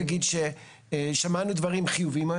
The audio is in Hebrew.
שמענו היום דברים חיוביים.